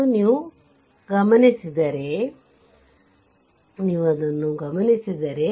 ಎಂದು ನೀವು ಗಮನಿಸಿದರೆ ನೀವು ಇದನ್ನು ಗಮನಿಸಿದರೆ